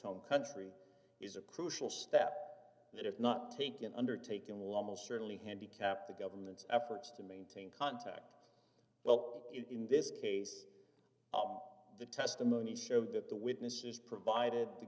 home country is a crucial step that if not taken undertaken will most certainly handicap the government's efforts to maintain contact well in this case oh the testimony showed that the witnesses provided the